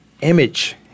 Image